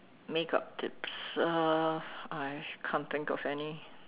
makeup tips uh I can't think of any